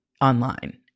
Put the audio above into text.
online